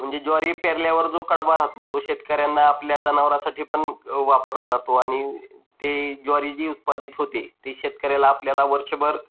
म्हणजे ज्वारी पेरल्यावर जो कडबा राहतो तो शेतकऱ्यांना आपल्या जनावरासाठी पण वापरला जातो आणि ते ज्वारी जी उत्पादित होते ती शेतकऱ्याला आपल्याला वर्षभर